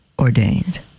ordained